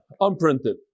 unprinted